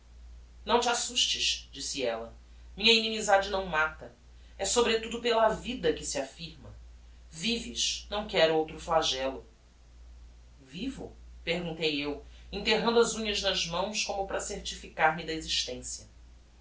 não te assustes disse ella minha inimizade não mata é sobretudo pela vida que se affirma vives não quero outro flagello vivo perguntei eu enterrando as unhas nas mãos como para certificar me da existencia